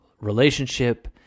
relationship